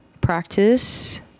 practice